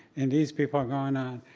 and these people are going on,